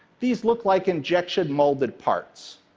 these look like injection-molded parts,